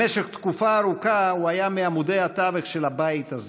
במשך תקופה ארוכה הוא היה מעמודי התווך של הבית הזה.